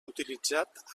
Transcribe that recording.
utilitzat